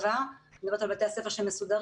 אני מדברת על בתי הספר המסודרים,